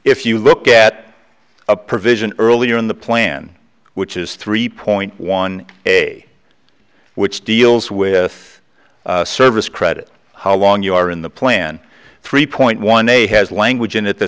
if you look at a provision earlier in the plan which is three point one a which deals with service credit how long you are in the plan three point one they has language in it that